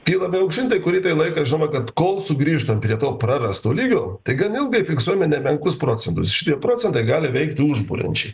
kylame aukštyn tai kurį tai laiką žinoma kad kol sugrįžtam prie to prarasto lygio tai gan ilgai fiksuojame nemenkus procentus šitie procentai gali veikti užburiančiai